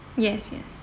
yes yes